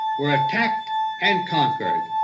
were attacked and conquered.